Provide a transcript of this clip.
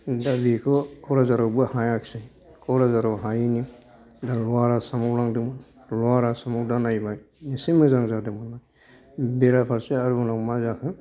दा बेखौ क'क्राझारावबो हायाखिसै क'क्राझाराव हायैनि दा लवार आसामाव लांदोंमोन लवार आसामाव दा नायबाय एसे मोजां जादोंमोन बेराफारसे आरो उनाव मा जाखो